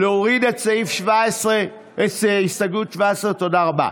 להוריד את הסתייגות 17. תודה רבה.